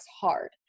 hard